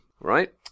right